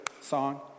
song